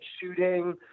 shooting